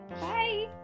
Bye